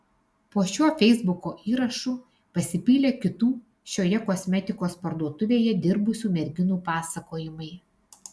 po šiuo feisbuko įrašu pasipylė kitų šioje kosmetikos parduotuvėje dirbusių merginų pasakojimai